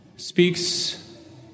speaks